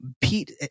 Pete